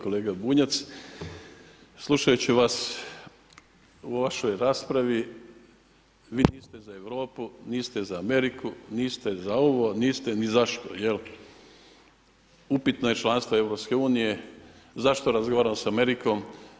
Kolega Bunjac, slušajući vas u vašoj raspravi vi niste za Europu, niste za Ameriku, niste za ovo, niste nizašto jel upitno je članstvo EU, zašto razgovaramo sa Amerikom.